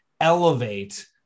elevate